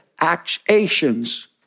actions